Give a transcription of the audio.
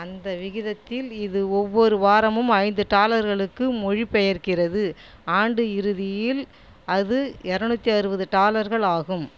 அந்த விகிதத்தில் இது ஒவ்வொரு வாரமும் ஐந்து டாலர்களுக்கு மொழிபெயர்க்கிறது ஆண்டு இறுதியில் அது இருநூத்தி அறுபது டாலர்கள் ஆகும்